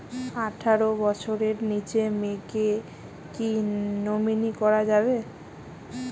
আঠারো বছরের নিচে মেয়েকে কী নমিনি করা যাবে?